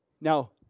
Now